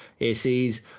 ACs